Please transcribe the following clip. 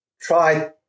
try